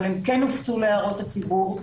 אבל הם כן הופצו להערות הציבור,